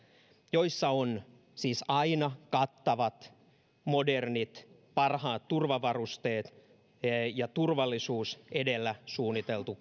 joissa on siis aina kattavat modernit parhaat turvavarusteet ja turvallisuus edellä suunniteltu